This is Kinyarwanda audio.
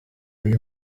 nyuma